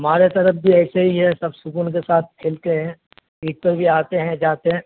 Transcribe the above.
ہمارے طرف بھی ایسے ہی ہے سب سکون کے ساتھ کھیلتے ہیں عید پر بھی آتے ہیں جاتے ہیں